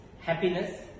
happiness